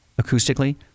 acoustically